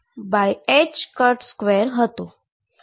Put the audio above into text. k1 એ 2mE2 હતો